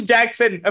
Jackson